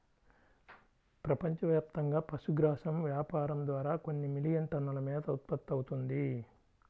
ప్రపంచవ్యాప్తంగా పశుగ్రాసం వ్యాపారం ద్వారా కొన్ని మిలియన్ టన్నుల మేత ఉత్పత్తవుతుంది